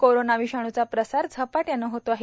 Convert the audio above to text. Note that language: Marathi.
कोरोना विषाणुचा प्रसार झपाट्याने होत आहे